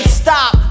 stop